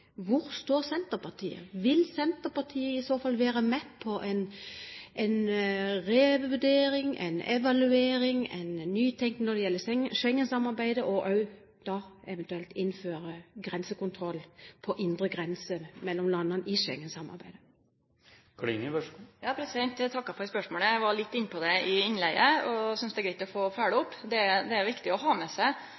Hvor står Senterpartiet? Vil Senterpartiet i så fall være med på en revurdering, en evaluering, en nytenkning når det gjelder Schengensamarbeidet, og også da eventuelt innføre grensekontroll på indre grenser mellom landene i Schengensamarbeidet? Eg takkar for spørsmålet. Eg var litt inne på det i innlegget, og synest det er greitt å få